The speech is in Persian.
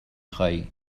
خوایی